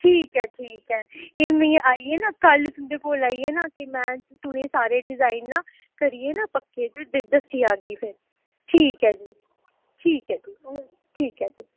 ठीक ऐ ठीक ऐ एह् मीं आइए ना कल तुंदे कोल आइए ना ते मैं तुसेंगी सारे डिजाइन ना करिये ना पक्के ते दस्सी जागी फिर ठीक ऐ जी ठीक ऐ जी ठीक ऐ जी